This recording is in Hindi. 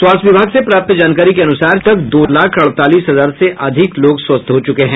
स्वास्थ्य विभाग से प्राप्त जानकारी के अनुसार चार लाख अड़तालीस हजार से अधिक लोग स्वस्थ हो चुके हैं